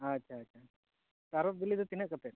ᱟᱪᱪᱷᱟ ᱟᱪᱪᱷᱟ ᱛᱟᱨᱚᱵ ᱵᱤᱞᱤ ᱫᱚ ᱛᱤᱱᱟᱹᱜ ᱠᱟᱛᱮ